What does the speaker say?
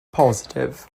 bositif